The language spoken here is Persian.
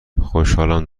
خوشحالم